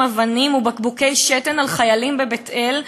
אבנים ובקבוקי שתן על חיילים בבית-אל,